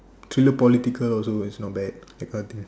thriller political also is not bad that kinda thing